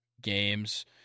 games